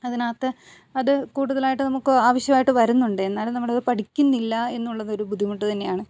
അതിനകത്ത് അത് കൂടുതലായിട്ട് നമുക്ക് ആവശ്യമാട്ട് വരുന്നുണ്ട് എന്നാലും നമ്മൾ അത് പഠിക്കുന്നില്ല എന്നുള്ളത് ഒരു ബുദ്ധിമുട്ട് തന്നെയാണ്